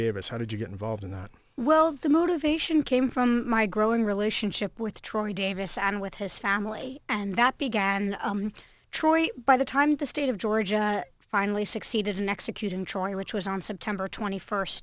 us how did you get involved in the well the motivation came from my growing relationship with troy davis and with his family and that began troy by the time the state of georgia finally succeeded in executing troy which was on september twenty first